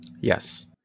Yes